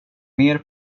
mer